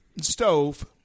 stove